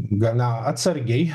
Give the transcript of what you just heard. gana atsargiai